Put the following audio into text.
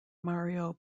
mario